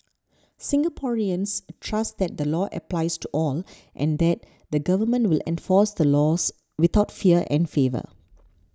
Singaporeans trust that the law applies to all and that the government will enforce the laws without fear and favour